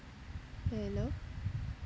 hello